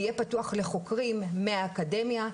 יהיה פתוח לחוקרים מהאקדמיה,